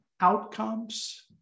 outcomes